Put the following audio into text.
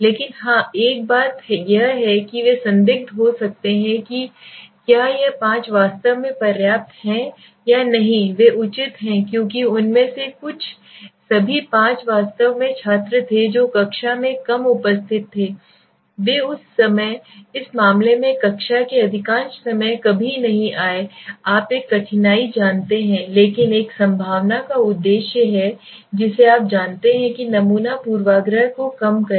लेकिन हां एक बात यह है कि वे संदिग्ध हो सकते हैं कि क्या यह पांच वास्तव में पर्याप्त हैं या नहीं वे उचित हैं क्योंकि उनमें से कुछ सभी पांच वास्तव में छात्र थे जो कक्षा में कम उपस्थिति थे वे उस समय इस मामले में कक्षा के अधिकांश समय कभी नहीं आए आप एक कठिनाई जानते हैं लेकिन एक संभावना का उद्देश्य है जिसे आप जानते हैं कि नमूना पूर्वाग्रह को कम करें